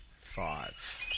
Five